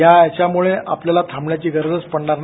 याच्यामुळे आपल्याला थांबण्याची गरजच पडणार नाही